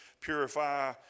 purify